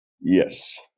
Yes